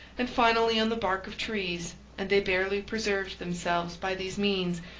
and finally on the bark of trees and they barely preserved themselves, by these means,